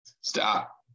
Stop